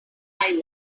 eye